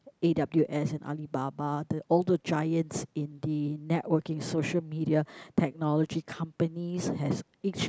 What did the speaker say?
A_W_S and Alibaba the all the giants in the networking social media technology companies has each